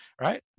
right